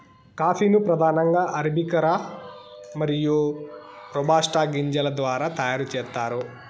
coffee ను ప్రధానంగా arabica మరియు రోబస్టా గింజల ద్వారా తయారు చేత్తారు